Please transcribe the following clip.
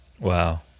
Wow